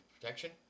protection